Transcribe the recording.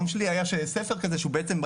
שבשנים האחרונות אפשר לברך על שיאים חדשים.